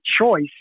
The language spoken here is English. choice